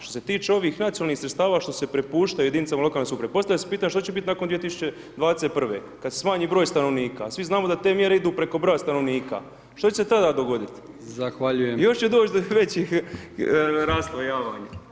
Što se tiče ovih nacionalnih sredstava što se prepuštaju jedinicama lokalne samouprave postavlja se pitanje što će biti nakon 2021. kad se smanji broj stanovnika, a svi znamo da te mjere idu preko broja stanovnika, što će se tada dogodit [[Upadica: Zahvaljujem.]] još će doć do većih raslojavanja.